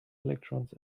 electrons